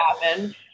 happen